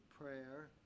prayer